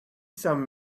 some